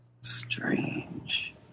Strange